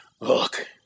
Look